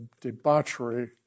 debauchery